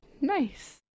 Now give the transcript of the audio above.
Nice